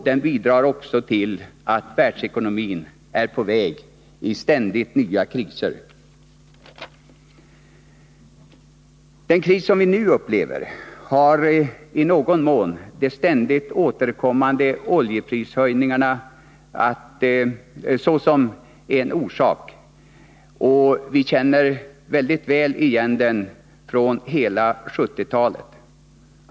De bidrar dessutom till att världsekonomin är på väg in i ständigt nya kriser. Den kris som vi nu upplever har i någon mån de ständigt återkommande oljeprishöjningarna såsom en orsak. Vi känner mycket väl igen situationen från 1970-talet.